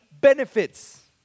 benefits